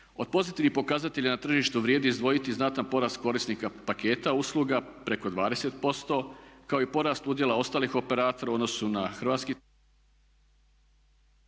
Od pozitivnih pokazatelja na tržištu vrijedi izdvojiti znatan porast korisnika paketa usluga, preko 20% kao i porast udjela ostalih operatora u odnosu na …/Govornik